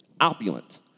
opulent